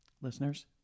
Listeners